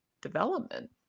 development